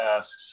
asks